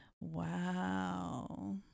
Wow